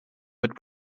mit